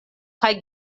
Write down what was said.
kaj